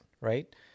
right